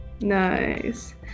Nice